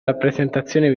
rappresentazione